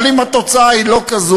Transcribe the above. אבל אם התוצאה היא לא כזאת,